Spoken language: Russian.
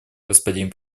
господин